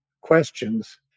questions